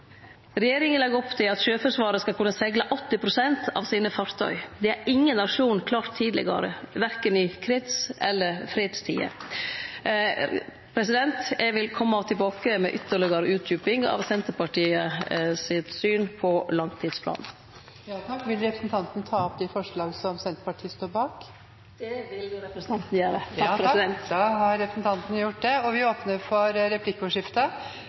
regjeringa sin langtidsplan. Regjeringa legg opp til at Sjøforsvaret skal kunne segla 80 pst. av sine fartøy. Det har ingen nasjon klart tidlegare, verken i krigs- eller i fredstid. Eg vil kome tilbake med ytterlegare utdjuping av Senterpartiet sitt syn på langtidsplanen. Eg tek opp dei forslaga Senterpartiet har saman med Venstre og dei vi står aleine om. Representanten Liv Signe Navarsete har tatt opp de forslagene hun viste til. Det blir replikkordskifte.